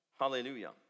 hallelujah